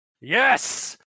yes